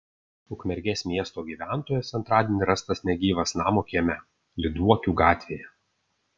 ukmergės miesto gyventojas antradienį rastas negyvas namo kieme lyduokių gatvėje